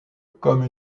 comme